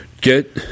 Get